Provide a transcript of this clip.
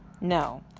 no